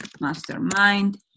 Mastermind